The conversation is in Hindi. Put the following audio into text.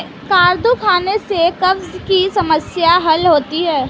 कद्दू खाने से कब्ज़ की समस्याए हल होती है